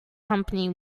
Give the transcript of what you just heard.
company